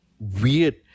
weird